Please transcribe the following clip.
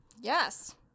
Yes